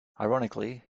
ironically